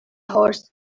horse